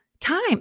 time